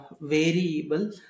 variable